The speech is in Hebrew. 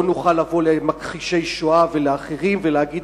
לא נוכל לבוא למכחישי שואה ולאחרים ולהגיד: